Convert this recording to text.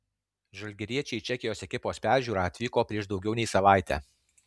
žalgiriečiai į čekijos ekipos peržiūrą atvyko prieš daugiau nei savaitę